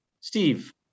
Steve